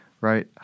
right